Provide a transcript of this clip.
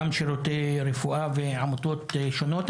גם שירותי רפואה ועמותות שונות.